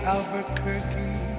Albuquerque